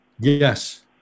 Yes